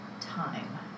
time